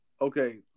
okay